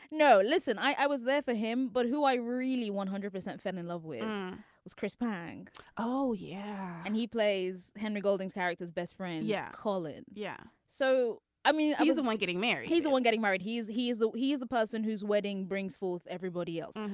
no listen i was there for him but who i really one hundred percent fell in love with was chris pang oh yeah. and he plays henry golden's character's best friend. yeah. colin yeah. so i mean am um i getting married. he's the one getting married. he is he is. he is the person whose wedding brings forth everybody else.